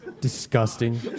disgusting